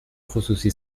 خصوصی